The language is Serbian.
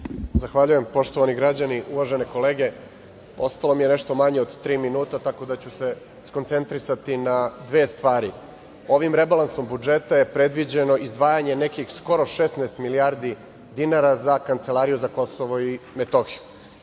Zahvaljujem. Poštovani građani, uvažene kolege, ostalo mi je nešto manje od tri minuta tako da ću skoncentrisati na dve stvari. Ovim rebalansom budžeta je predviđeno izdvajanje nekih 16 milijardi dinara za Kancelariju za Kosovo i Metohiju.